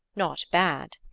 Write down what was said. not bad.